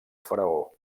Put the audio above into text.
faraó